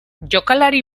jokalari